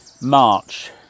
March